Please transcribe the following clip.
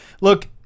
look